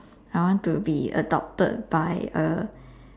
I want to be adopted by a